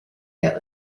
der